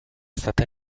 stata